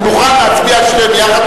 אני מוכן להצביע על שתיהן יחד,